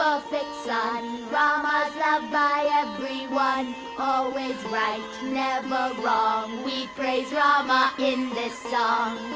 ah perfect son, rama's loved by everyone always right, never wrong, we praise rama in this song